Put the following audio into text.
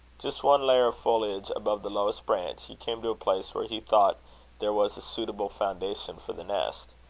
just one layer of foliage above the lowest branches, he came to a place where he thought there was a suitable foundation for the nest.